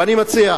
ואני מציע,